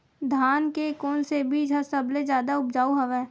धान के कोन से बीज ह सबले जादा ऊपजाऊ हवय?